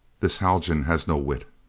this haljan has no wit.